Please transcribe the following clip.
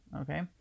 okay